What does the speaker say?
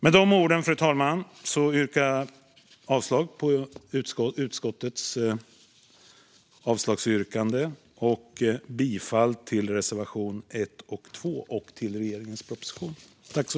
Med dessa ord yrkar jag alltså avslag på utskottets förslag och bifall till reservationerna 1 och 2.